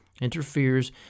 interferes